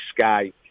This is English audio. sky